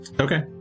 Okay